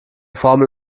formel